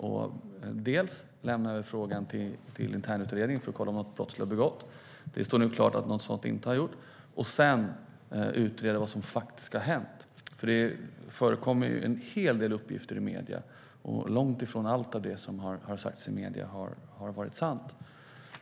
Han ska lämna över frågan till internutredning för att kolla om något brott har begåtts. Det står nu klart att så inte är fallet. Sedan ska han utreda vad som faktiskt har hänt. Det förekommer ju en hel del uppgifter i medierna, och långt ifrån allt som har sagts i medierna har varit sant.